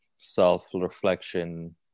self-reflection